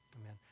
Amen